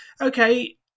okay